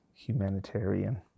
humanitarian